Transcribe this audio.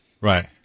Right